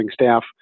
staff